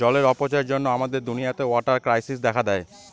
জলের অপচয়ের জন্য আমাদের দুনিয়াতে ওয়াটার ক্রাইসিস দেখা দেয়